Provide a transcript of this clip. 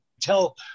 tell